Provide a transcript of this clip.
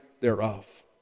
thereof